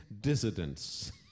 dissidents